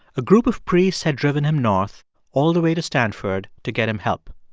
a group of priests had driven him north all the way to stanford to get him help.